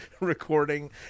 recording